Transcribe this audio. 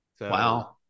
wow